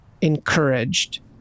encouraged